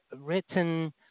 written